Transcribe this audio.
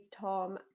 Tom